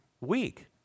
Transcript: week